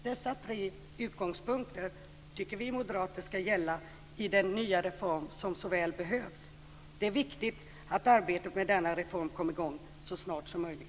Dessa tre utgångspunkter tycker vi moderater skall gälla i den nya reform som så väl behövs. Det är viktigt att arbetet med denna reform kommer i gång så snart som möjligt.